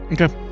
Okay